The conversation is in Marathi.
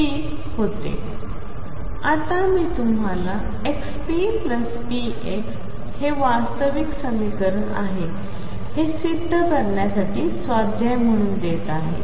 आता मी तुम्हाला⟨xppx⟩ हे वास्तविक समीकरण आहे हे सिध्द करण्यासाठी स्वाध्याय मंहून देत आहे